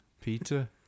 Peter